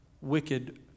wicked